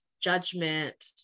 judgment